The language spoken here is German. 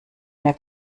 mehr